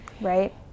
Right